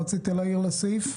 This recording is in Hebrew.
רצית להעיר לסעיף?